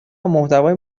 محتوای